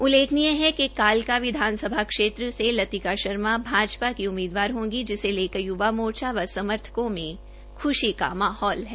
उल्लेखनीय है कि कालका विधानसभा क्षेत्र लतिका शर्मा भाजपा की उम्मीदवार होगी जिसे लेकर युवा मोर्चा व समर्थकों में ख्रशी का माहौल है